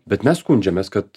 bet mes skundžiamės kad